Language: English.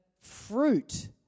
fruit